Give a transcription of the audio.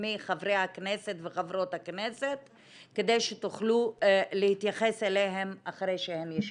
מחברי וחברות הכנסת כדי שתוכלו להתייחס אליהם אחרי שהן ישאלו.